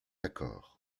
accord